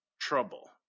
trouble